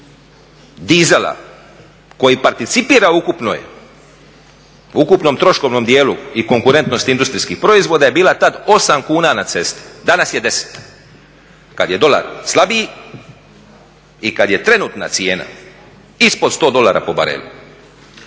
A cijena diesela koji participira u ukupnom troškovnom dijelu i konkurentnosti industrijskih proizvoda je bila tada 8 kuna na cesti, danas je 10. Kada je dolar slabiji i kad je trenutka cijena ispod 100 dolara po bareli.